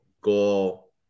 goal